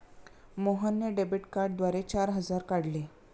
मोहनने डेबिट कार्डद्वारे चार हजार काढले